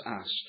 asked